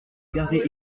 gardait